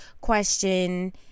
question